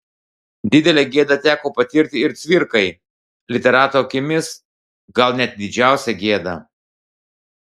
didelę gėdą teko patirti ir cvirkai literato akimis gal net didžiausią gėdą